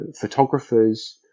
photographers